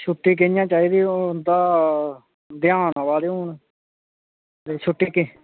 छुट्टी कि'यां चाहिदी हून तां मतेहान आवा दे हून ते छुट्टी की